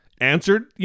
answered